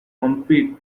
compete